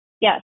Yes